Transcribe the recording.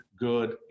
good